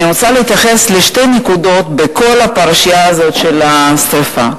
אני רוצה להתייחס לשתי נקודות בכל הפרשייה הזאת של השרפה.